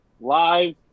live